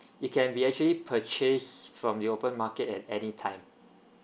it can be actually purchased from the open market at any time